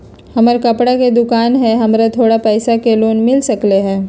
हमर कपड़ा के दुकान है हमरा थोड़ा पैसा के लोन मिल सकलई ह?